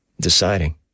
deciding